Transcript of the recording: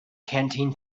canteen